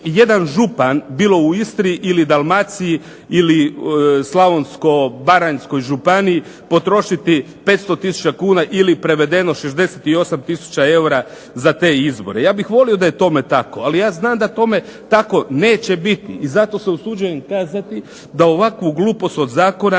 jedan župan, bilo u Istri ili Dalmaciji ili Slavonsko-baranjskoj županiji potrošiti 500 tisuća kuna ili prevedeno 68 tisuća eura za te izbore. Ja bih volio da je tome tako, ali ja znam da tome tako neće biti i zato se usuđujem kazati da ovakvu glupost od zakona